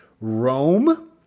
Rome